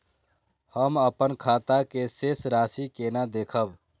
हम अपन खाता के शेष राशि केना देखब?